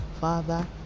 Father